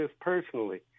personally